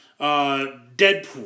Deadpool